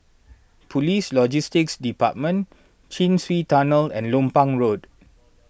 Police Logistics Department Chin Swee Tunnel and Lompang Road